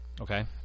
Okay